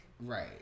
Right